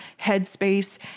headspace